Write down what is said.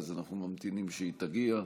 אז אנחנו ממתינים שהיא תגיע.